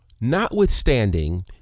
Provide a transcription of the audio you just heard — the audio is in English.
notwithstanding